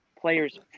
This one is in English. player's